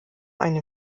eine